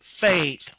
faith